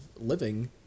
living